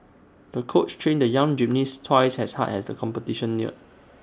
the coach trained the young gymnast twice as hard as the competition neared